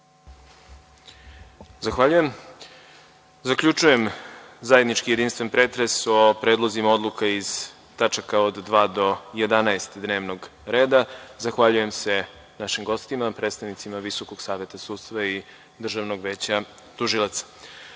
Zahvaljujem. Zaključujem zajednički jedinstven pretres o predlozima odluka iz tačaka od 2. do 11. dnevnog reda. Zahvaljujem se našim gostima, predstavnicima Visokog saveta sudstva i Državnog veća